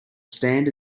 stand